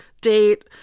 date